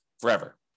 forever